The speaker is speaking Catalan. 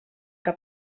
que